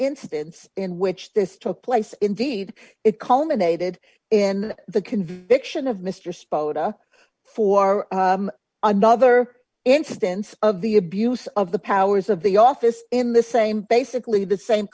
instance in which this took place indeed it culminated in the conviction of mr spota for another instance of the abuse of the powers of the office in the same basically the same